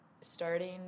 starting